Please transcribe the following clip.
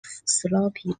sloppy